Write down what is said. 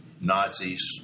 Nazis